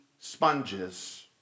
sponges